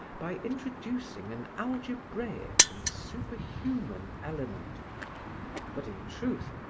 by introducing an algebraic and superhuman element but in truth,